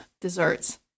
desserts